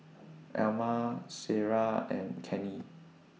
Elma Ciera and Kenney